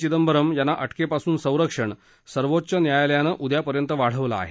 चिदंबरम यांना अटकेपासून संरक्षण सर्वोच्च न्यायालयानं उद्यापर्यंत वाढवलं आहे